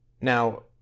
Now